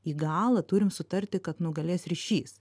į galą turim sutarti kad nugalės ryšys